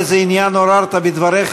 איזה עניין עוררת בדבריך,